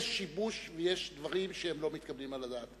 יש שיבוש, ויש דברים שהם לא מתקבלים על הדעת.